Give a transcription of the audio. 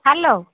hello